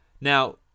Now